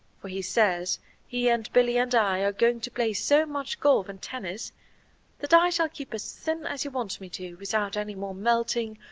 for he says he and billy and i are going to play so much golf and tennis that i shall keep as thin as he wants me to without any more melting,